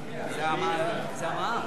התשע"ב 2012,